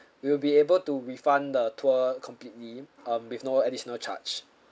we'll be able to refund the tour completely um with no additional charge